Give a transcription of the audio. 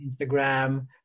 Instagram